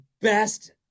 best